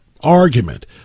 argument